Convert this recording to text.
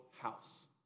house